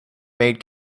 made